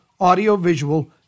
audiovisual